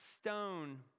stone